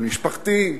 על משפחתי,